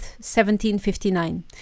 1759